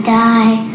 die